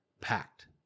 Packed